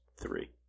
Three